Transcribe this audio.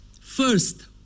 First